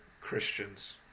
Christians